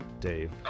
Dave